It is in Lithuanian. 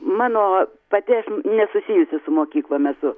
mano pati aš nesusijusi su mokyklom esu